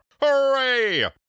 Hooray